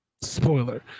Spoiler